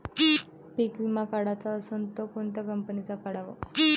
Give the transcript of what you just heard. पीक विमा काढाचा असन त कोनत्या कंपनीचा काढाव?